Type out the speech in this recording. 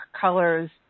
colors